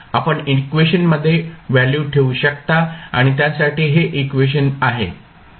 आपण इक्वेशनमध्ये व्हॅल्यू ठेवू शकता आणि त्यासाठी हे इक्वेशन आहे